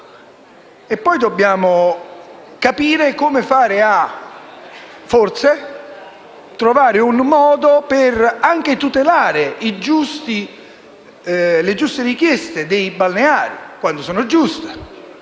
Poi dobbiamo capire forse come trovare un modo anche per tutelare le giuste richieste dei balneari, quando sono giuste.